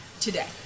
today